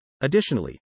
Additionally